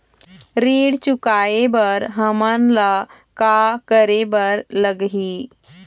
ऋण चुकाए बर हमन ला का करे बर लगही?